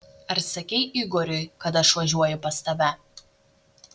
ar sakei igoriui kad aš važiuoju pas tave